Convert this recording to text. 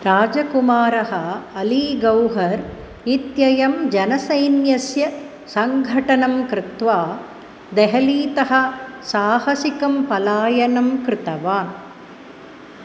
राजकुमारः अली गौहर् इत्ययं जनसैन्यस्य सङ्घटनं कृत्वा देहलीतः साहसिकं पलायनं कृतवान्